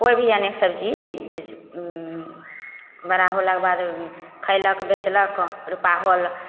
कोइभी अनेक सबजी जैसे ओ बड़ा होलाके बाद खयलक बेचलक रुपा होल